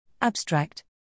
Abstract